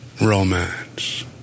Romance